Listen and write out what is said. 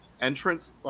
entrance